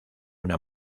una